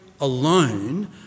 alone